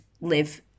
live